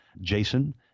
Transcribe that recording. Jason